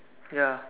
ya